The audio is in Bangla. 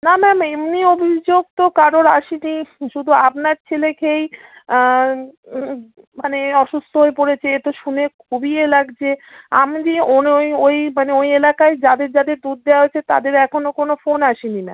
না ম্যাম এমনি অভিযোগ তো কারোর আসে নি শুধু আপনার ছেলে খেয়েই মানে অসুস্থ হয়ে পড়েছে এতো শুনে খুবই এ লাগজে আমি যে ওর ওই ওই মানে ওই এলাকায় যাদের যাদের দুধ দেওয়া হয়েছে তাদের এখনও কোনো ফোন আসে নি ম্যাম